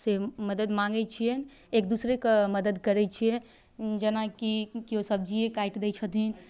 से मदति माँगै छिए एक दोसराके मदति करै छिए जेनाकि केओ सब्जिए काटि दै छथिन